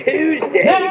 Tuesday